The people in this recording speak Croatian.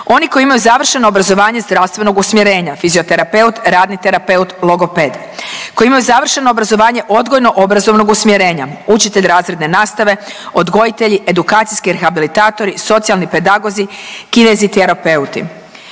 oni koji imaju završeno obrazovanje zdravstvenog usmjerenja, fizioterapeut, radni terapeut, logoped, koji imaju završeno obrazovanje odgojno obrazovnog usmjerenja, učitelj razredne nastave, odgojitelji, edukacijski rehabilitatori, socijalni pedagozi, kineziterapeuti.